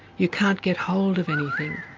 you can't get hold of anything.